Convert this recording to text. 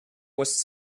was